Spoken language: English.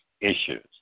issues